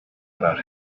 about